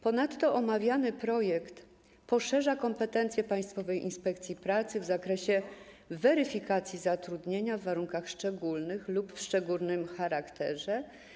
Ponadto omawiany projekt poszerza kompetencje Państwowej Inspekcji Pracy w zakresie weryfikacji zatrudnienia w warunkach szczególnych lub w szczególnym charakterze.